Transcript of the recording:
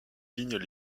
vignes